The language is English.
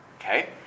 Okay